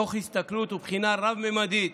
תוך הסתכלות ובחינה רב-ממדית,